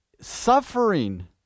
suffering